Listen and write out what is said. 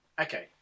Okay